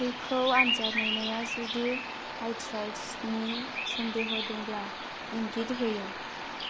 थैखौ आनजाद नायनाया जुदि आइट्राइसनि सन्देह' दंब्ला इंगित होयो